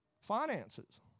finances